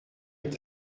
est